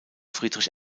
friedrich